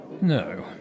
No